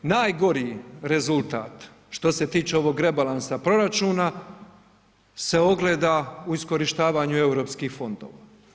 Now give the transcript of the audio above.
Najgori rezultat što se tiče ovog rebalansa proračuna se ogleda u iskorištavanju EU fondova.